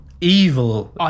evil